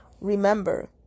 remember